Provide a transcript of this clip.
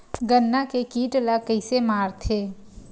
गन्ना के कीट ला कइसे मारथे?